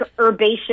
herbaceous